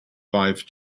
five